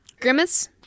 Grimace